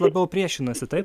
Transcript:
labiau priešinasi taip